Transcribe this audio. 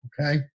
Okay